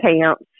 camps